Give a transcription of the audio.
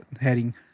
heading